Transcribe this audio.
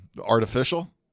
Artificial